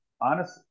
honest